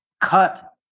cut